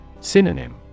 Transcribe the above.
Synonym